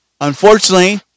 Unfortunately